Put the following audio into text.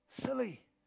silly